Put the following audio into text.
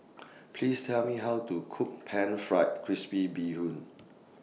Please Tell Me How to Cook Pan Fried Crispy Bee Hoon